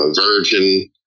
Virgin